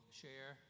share